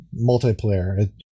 multiplayer